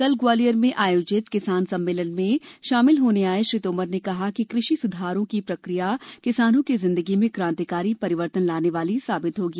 कल ग्वालियर में आयोजित किसान सम्मेलन में शामिल होने आए श्री तोमर ने कहा कि कृषि सुधारों की प्रक्रिया किसानों की जिंदगी में क्रांतिकारी परिवर्तन लाने वाली साबित होगी